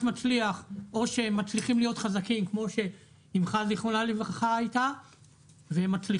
מצליח או שהם מצליחים להיות חזקים כמו שאמך זכרונה לברכה הייתה ומצליחים,